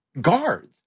guards